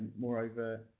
moreover,